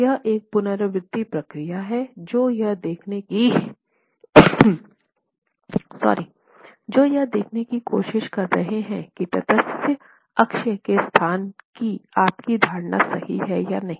तो यह एक पुनरावृति प्रक्रिया है जो यह देखने की कोशिश कर रहे हैं कि तटस्थ अक्ष के स्थान की आपकी धारणा सही है या नहीं